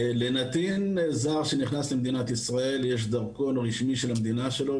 לנתין זר שנכנס למדינת ישראל יש דרכון רשמי של המדינה שלו,